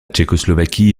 tchécoslovaquie